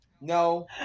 No